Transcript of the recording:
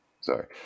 Sorry